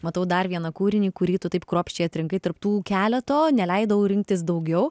matau dar vieną kūrinį kurį taip kruopščiai atrinkai tarp tų keleto neleidau rinktis daugiau